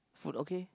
food okay